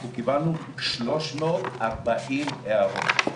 אנחנו קיבלנו שלוש מאות ארבעים הערות!